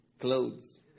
clothes